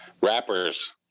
rappers